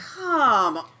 come